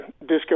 disco